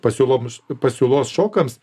pasiūloms pasiūlos šokams